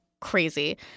crazy